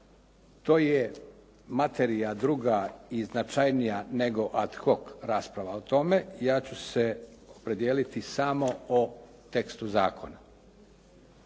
to je materija druga i značajnija nego ad hoc rasprava o tome. Ja ću se opredijeliti samo o tekstu zakona.